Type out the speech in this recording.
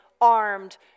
armed